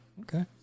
Okay